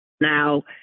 Now